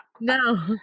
no